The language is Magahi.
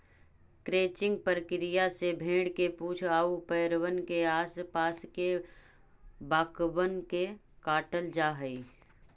क्रचिंग प्रक्रिया से भेंड़ के पूछ आउ पैरबन के आस पास के बाकबन के काटल जा हई